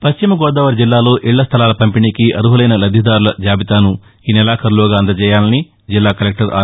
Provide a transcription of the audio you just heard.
వశ్చిమ గోదావరి జిల్లాలో ఇళ్ల స్టలాల పంపిణీకి అరులెన లబ్దిదారుల జాబితాను ఈ నెలాఖరులోగా అందజేయాలని జిల్లా కలెక్టర్ ఆర్